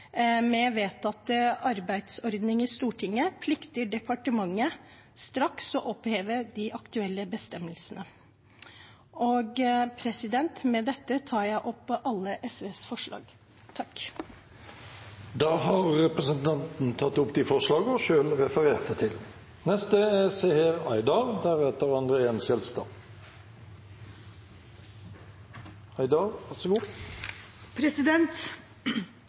med vedtatt arbeidsordning i Stortinget, plikter departementet straks å oppheve de aktuelle bestemmelsene. Med dette tar jeg opp alle SVs forslag. Da har representanten Marian Hussein tatt opp de forslagene hun refererte til.